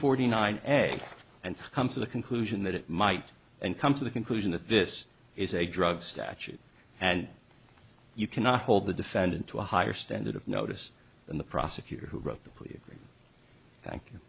forty nine ed and come to the conclusion that it might and come to the conclusion that this is a drug statute and you cannot hold the defendant to a higher standard of notice than the prosecutor who